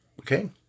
Okay